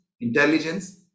intelligence